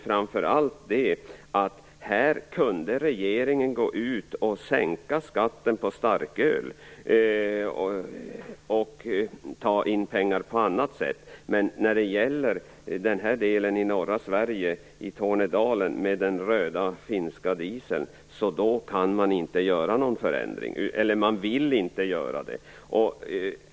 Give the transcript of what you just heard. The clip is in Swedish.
Framför allt handlar det om att regeringen kunde gå ut och sänka skatten på starköl och ta in pengar på annat sätt. Men när det gäller Tornedalen i norra delen av Sverige och den röda finska dieseln så kan man inte göra någon förändring, eller man vill inte göra det.